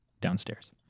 downstairs